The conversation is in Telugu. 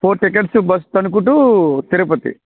four tickets bus Tanuku to Tirupati